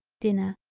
dinner